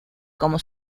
como